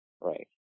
Right